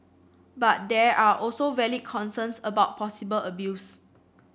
but there are also valid concerns about possible abuse